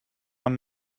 and